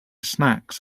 snacks